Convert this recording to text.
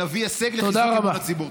ונביא הישג לחיזוק אמון הציבור.